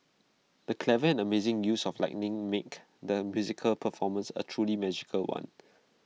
the clever and amazing use of lighting make the musical performance A truly magical one